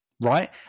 right